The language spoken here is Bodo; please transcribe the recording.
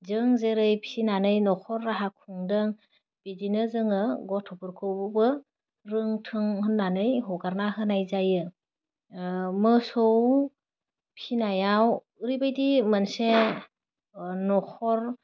जों जेरै फिनानै नख'र राहा खुंदों बिदिनो जोङो गथ'फोरखौबो रोंथों होननानै हगारना होनाय जायो ओह मोसौ फिनायाव ओरैबायदि मोनसे ओह नखर